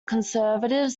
conservatives